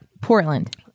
Portland